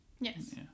yes